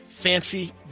Fancy